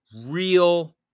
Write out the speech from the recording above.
real